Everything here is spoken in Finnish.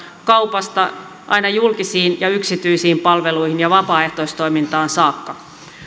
kaupasta aina julkisiin ja yksityisiin palveluihin ja vapaaehtoistoimintaan saakka